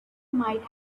might